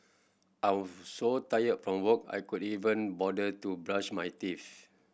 I was so tired from work I could even bother to brush my teeth